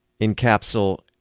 encapsulate